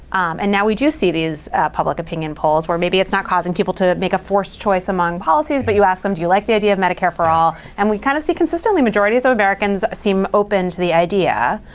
and now we just see these public opinion polls, where maybe it's not causing people to make a false choice among policies. but you ask them, do you like the idea of medicare for all? and we kind of see consistently majorities of americans seem open to the idea.